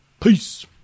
Peace